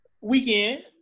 weekend